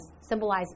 symbolize